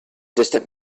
distance